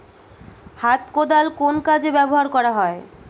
হাত কোদাল কোন কাজে ব্যবহার করা হয়?